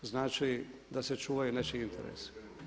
Znači da se čuvaju nečiji interesi.